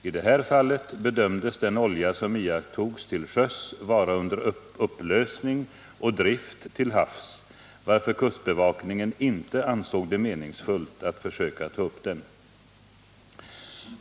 I det här fallet bedömdes den olja som iakttogs till sjöss vara under upplösning och i drift till havs, varför kustbevakningen inte ansåg det meningsfullt att försöka ta upp den.